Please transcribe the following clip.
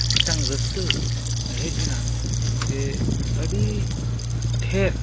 ᱢᱤᱫᱴᱟᱝ ᱨᱟᱹᱥᱠᱟᱹ ᱦᱮᱡ ᱮᱱᱟ ᱡᱮ ᱟᱹᱰᱤ ᱰᱷᱮᱨ